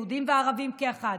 יהודים וערבים כאחד,